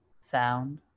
sound